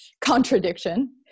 contradiction